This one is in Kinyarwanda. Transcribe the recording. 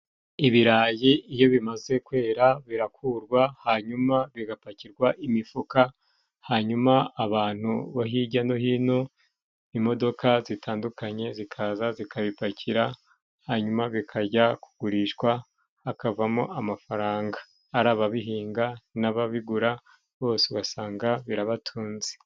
ibirayi iyo bimaze kwera birakurwa hanyuma bigapakirwa imifuka, hanyuma abantu bo hirya no hino, imodoka zitandukanye zikaza zikabipakira. Hanyuma bikajya kugurishwa hakavamo amafaranga. Ari ababihinga n'ababigura bose ugasanga birabatunze.